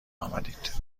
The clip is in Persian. آمدید